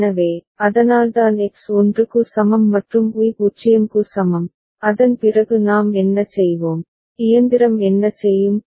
எனவே அதனால்தான் எக்ஸ் 1 க்கு சமம் மற்றும் ஒய் 0 க்கு சமம் அதன் பிறகு நாம் என்ன செய்வோம் இயந்திரம் என்ன செய்யும்